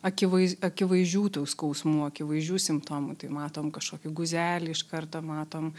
akivaiz akivaizdžių tų skausmų akivaizdžių simptomų tai matom kažkokį guzelį kartą matom